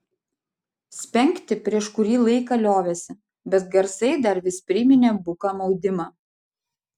spengti prieš kurį laiką liovėsi bet garsai dar vis priminė buką maudimą